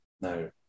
No